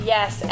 Yes